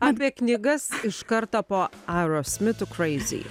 apie knygas iš karto po aerosmitų crazy